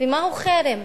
מהו חרם?